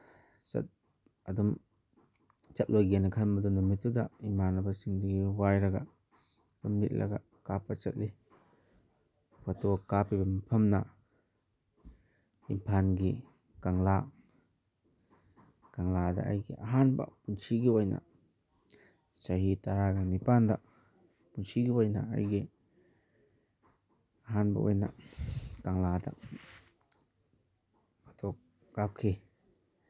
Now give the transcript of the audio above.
ꯑꯗꯨꯝ ꯆꯠꯂꯣꯏꯒꯦꯅ ꯈꯟꯕꯗꯣ ꯅꯨꯃꯤꯠꯇꯨꯗ ꯏꯃꯥꯟꯅꯕꯁꯤꯡꯗꯒꯤ ꯋꯥꯏꯔꯒ ꯑꯗꯨꯝ ꯂꯤꯠꯂꯒ ꯀꯥꯞꯄ ꯆꯠꯂꯤ ꯐꯣꯇꯣ ꯀꯥꯞꯄꯤꯕ ꯃꯐꯝꯅ ꯏꯝꯐꯥꯜꯒꯤ ꯀꯪꯂꯥ ꯀꯪꯂꯥꯗ ꯑꯩꯒꯤ ꯑꯍꯥꯟꯕ ꯄꯨꯟꯁꯤꯒꯤ ꯑꯣꯏꯅ ꯆꯍꯤ ꯇꯔꯥꯒ ꯅꯤꯄꯥꯟꯗ ꯄꯨꯟꯁꯤꯒꯤ ꯑꯣꯏꯅ ꯑꯩꯒꯤ ꯑꯍꯥꯟꯕ ꯑꯣꯏꯅ ꯀꯪꯂꯥꯗ ꯐꯣꯇꯣ ꯀꯥꯞꯈꯤ